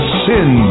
sin